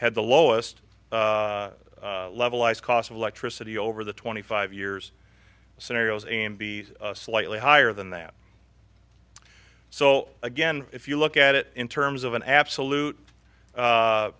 had the lowest level ice cost of electricity over the twenty five years scenarios and be slightly higher than that so again if you look at it in terms of an absolute